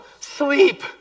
sleep